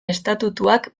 estatutuak